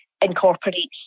incorporates